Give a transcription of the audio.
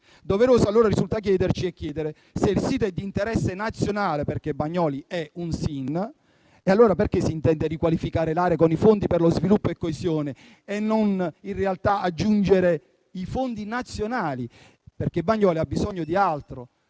doveroso allora risulta chiederci e chiedere, se il sito è d'interesse nazionale (SIN), perché Bagnoli è un SIN, e allora perché si intende riqualificare l'area con il Fondo per lo sviluppo e la coesione e non aggiungere in realtà i fondi nazionali? Bagnoli infatti ha bisogno di altro: